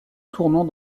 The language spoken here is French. tournant